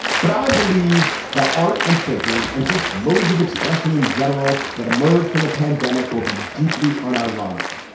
but i believe that art and thinking and just modes of expression in general that emerge from the pandemic will be deeply unironic.